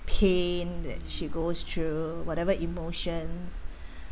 pain that she goes through whatever emotions